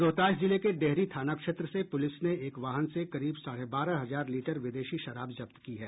रोहतास जिले के डेहरी थाना क्षेत्र से पुलिस ने एक वाहन से करीब साढ़े बारह हजार लीटर विदेशी शराब जब्त की है